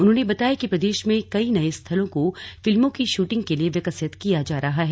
उन्होंने बताया कि प्रदेश में कई नये स्थलों को फिल्मों की शूटिंग के लिए विकसित किया जा रहा है